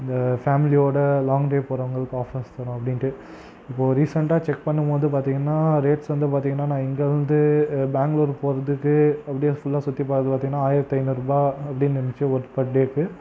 இந்த ஃபேமிலியோட long drive போகிறவங்களுக்கும் ஆஃபர்ஸ் தரோம் அப்படின்ட்டு இப்போது ரீசென்ட்டாக செக் பண்ணும் போது பார்த்திங்கன்னா ரேட்ஸ் வந்து பார்த்திங்கன்னா நான் இங்கே வந்து பேங்ளூர் போகிறதுக்கு அப்படியே ஃபுல்லா சுற்றி பார்க்கறது பார்த்திங்கன்னா ஆயிரத்தி ஐநூறுபாய் அப்படினு இருந்துச்சு ஓர் பர் டேக்கு